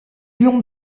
lions